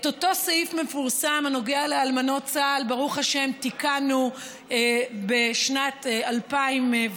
את אותו סעיף מפורסם הנוגע לאלמנות צה"ל ברוך השם תיקנו בשנת 2009,